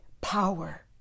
power